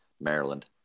Maryland